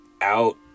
out